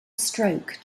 stroke